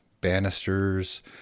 banisters